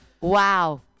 Wow